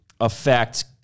affect